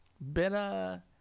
Better